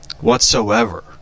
whatsoever